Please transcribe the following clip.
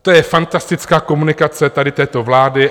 To je fantastická komunikace tady této vlády.